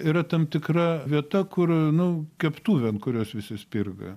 yra tam tikra vieta kur nu keptuvė ant kurios visi spirga